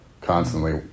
constantly